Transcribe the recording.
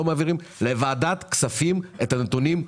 מעבירים לוועדת כספים לא העברתם את הנתונים,